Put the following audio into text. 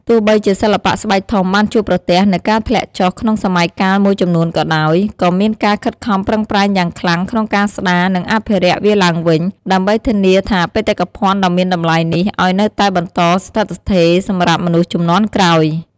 ទោះបីជាសិល្បៈស្បែកធំបានជួបប្រទះនូវការធ្លាក់ចុះក្នុងសម័យកាលមួយចំនួនក៏ដោយ ក៏មានការខិតខំប្រឹងប្រែងយ៉ាងខ្លាំងក្នុងការស្ដារ និងអភិរក្សវាឡើងវិញ ដើម្បីធានាថាបេតិកភណ្ឌដ៏មានតម្លៃនេះឲ្យនៅតែបន្តស្ថិតស្ថេរសម្រាប់មនុស្សជំនាន់ក្រោយ។